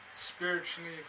Spiritually